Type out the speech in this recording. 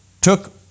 took